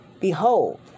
Behold